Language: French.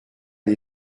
les